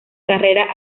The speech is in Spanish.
carrera